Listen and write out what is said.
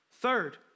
Third